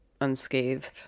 unscathed